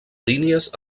línies